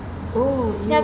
then